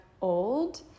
old